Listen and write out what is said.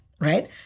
right